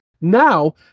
now